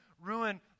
ruin